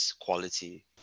quality